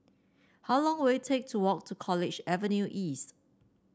how long will it take to walk to College Avenue East